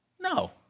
No